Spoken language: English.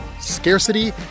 scarcity